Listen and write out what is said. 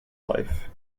life